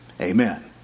Amen